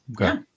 okay